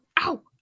Ow